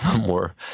more